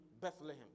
Bethlehem